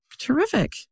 Terrific